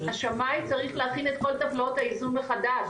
השמאי צריך להכין את כל טבלאות האיזון מחדש,